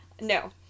no